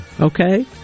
okay